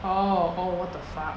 oh oh what the fuck